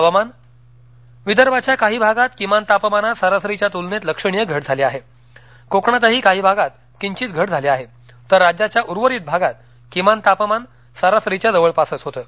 हवामान् विदर्भाच्या काही भागात किमान तापमानात सरासरीच्या तुलनेत लक्षणीय घट झाली आहे कोकणातही काही भागात किंचित घट झाली आहे तर राज्याच्या उर्वरित भागात किमान तापमान सरासरीच्या जवळपास होतं